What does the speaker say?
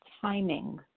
timing